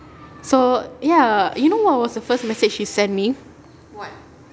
so ya you know what was the first message he sent me